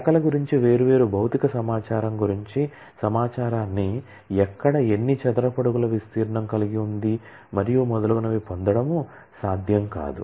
శాఖల గురించి వేర్వేరు భౌతిక సమాచారం గురించి సమాచారాన్ని ఎక్కడ ఎన్ని చదరపు అడుగుల విస్తీర్ణం కలిగి ఉంది మరియు మొదలగునవి పొందడం సాధ్యం కాదు